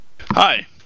Hi